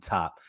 Top